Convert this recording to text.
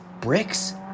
Bricks